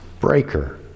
breaker